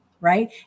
right